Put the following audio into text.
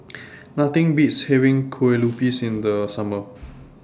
Nothing Beats having Kue Lupis in The Summer